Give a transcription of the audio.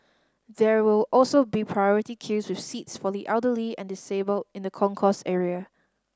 there will also be priority queues with seats for the elderly and disabled in the concourse area